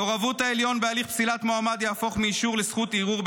מעורבות העליון בהליך פסילת מועמד תהפוך מאישור לזכות ערעור,